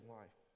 life